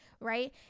right